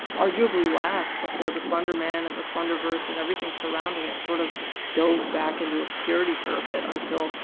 arguably, last before the slender man and the slenderverse and everything surrounding it sort of dove back into obscurity for a bit until,